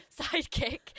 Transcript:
sidekick